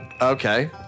Okay